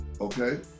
okay